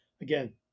Again